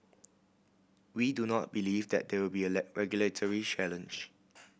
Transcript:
we do not believe that there will be a regulatory challenge